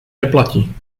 neplatí